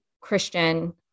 Christian